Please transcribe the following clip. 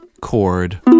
chord